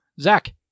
Zach